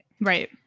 Right